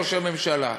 ראש הממשלה.